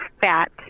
fat